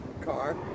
car